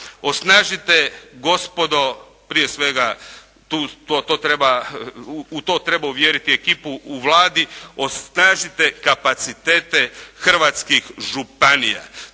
Osnažite gospodo prije svega to treba, u to treba uvjeriti ekipu u Vladi, osnažite kapacitete hrvatskih županija.